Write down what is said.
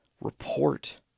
report